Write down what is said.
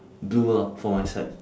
blue ah for my side